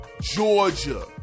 Georgia